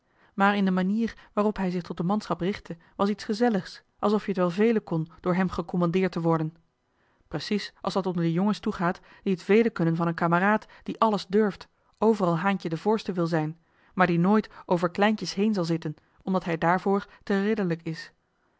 maar in de manier waarop hij zich tot de manschap richtte was iets gezelligs alsof je t wel velen kon door hem gecommandeerd te worden precies als dat onder de jongens toegaat die het velen kunnen van een kameraad die alles durft overal haantje de voorste wil zijn maar die nooit over kleintjes heen zal zitten omdat hij daarvoor te ridderlijk is